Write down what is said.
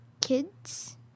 kids